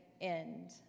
end